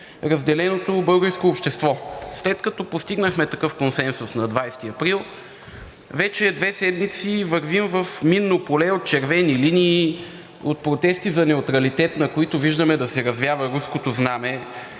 разделеното българско общество. След като постигнахме такъв консенсус на 20 април 2022 г., вече две седмици вървим в минно поле от червени линии, от протести за неутралитет, на които виждаме да се развява руското знаме,